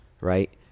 right